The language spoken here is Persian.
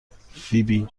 فیبی